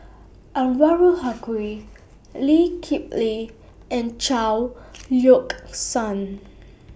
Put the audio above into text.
Anwarul Haque Lee Kip Lee and Chao Yoke San